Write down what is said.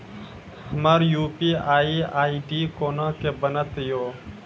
हमर UPI ID कोना के बनत यो?